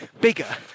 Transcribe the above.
bigger